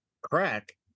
Crack